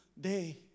day